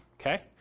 Okay